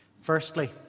Firstly